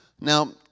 Now